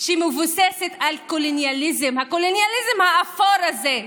שמבוססת על קולוניאליזם, הקולוניאליזם האפור הזה,